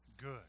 good